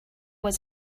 was